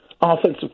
offensive